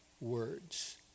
words